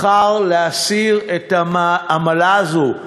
בחר להסיר את העמלה הזאת,